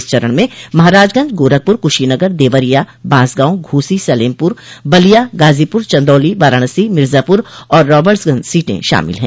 इस चरण में महराजगंज गोरखपुर कुशीनगर देवरिया बांसगांव घोसी सलेमपुर बलिया गाजीपुर चन्दौली वाराणसी मिर्जापुर और राबर्ट्सगंज सीटें शामिल है